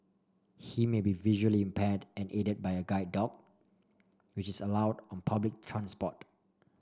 he may be visually impaired and aided by a guide dog which is allowed on public transport